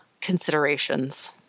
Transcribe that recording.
considerations